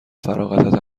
فراغتت